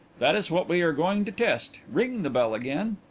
that is what we are going to test. ring the bell again.